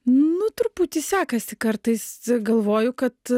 nu truputį sekasi kartais galvoju kad